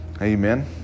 Amen